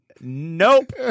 Nope